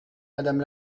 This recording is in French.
madame